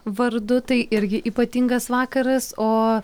vardu tai irgi ypatingas vakaras o